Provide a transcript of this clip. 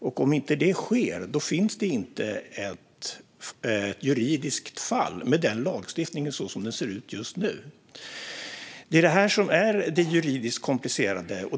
Om det inte sker finns det inte ett juridiskt fall enligt lagstiftningen så som den ser ut just nu. Det är det här som är det juridiskt komplicerade.